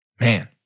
Man